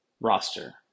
roster